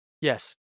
Yes